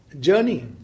journey